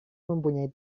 mempunyai